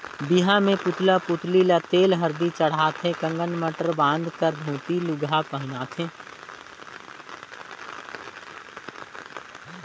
बिहा मे पुतला पुतली ल तेल हरदी चढ़ाथे ककन मडंर बांध कर धोती लूगा पहिनाथें